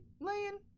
laying